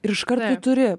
ir iškart tu turi